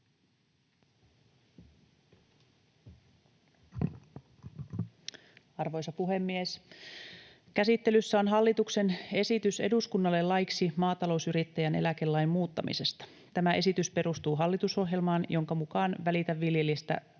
Arvoisa puhemies! Käsittelyssä on hallituksen esitys eduskunnalle laiksi maatalousyrittäjän eläkelain muuttamisesta. Tämä esitys perustuu hallitusohjelmaan, jonka mukaan Välitä viljelijästä